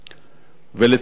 לצערי הרב,